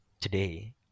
today